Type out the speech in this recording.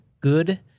good